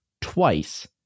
twice